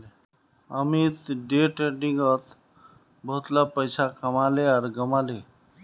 Amit day ट्रेडिंगत बहुतला पैसा कमाले आर गंवाले